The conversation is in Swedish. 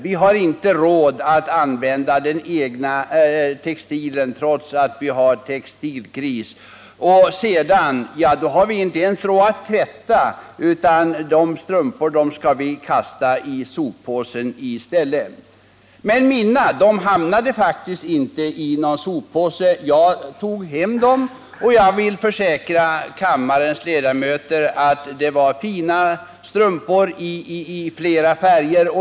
Vi har inte råd att använda egen textil, trots att vi har textilkris. Sedan har vi inte ens råd att tvätta strumporna, utan kastar dem i soppåsen. Men mina hamnade faktiskt inte i någon soppåse. Jag tog hem dem, och jag vill försäkra kammarens ledamöter att det var fina strumpor i flera färger.